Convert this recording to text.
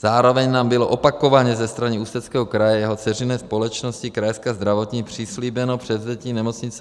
Zároveň nám bylo opakovaně ze strany Ústeckého kraje, jeho dceřiné společnosti Krajská zdravotní, přislíbeno převzetí nemocnice v Rumburku.